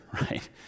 right